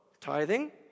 tithing